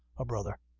a brother.